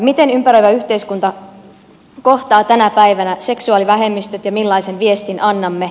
miten ympäröivä yhteiskunta kohtaa tänä päivänä seksuaalivähemmistöt ja millaisen viestin annamme